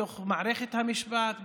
בתוך מערכת המשפט,